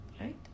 Right